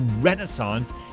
renaissance